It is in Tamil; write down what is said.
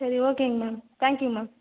சரி ஓகேங்க மேம் தேங்க்யூ மேம்